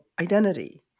identity